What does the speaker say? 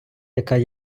яка